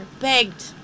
Begged